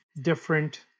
different